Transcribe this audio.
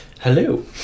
Hello